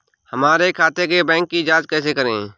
हमारे खाते के बैंक की जाँच कैसे करें?